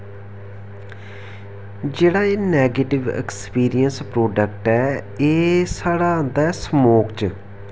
जेह्ड़ा एह् negative experience product ऐ एह् साढ़ा आंदा ऐ स्मोक च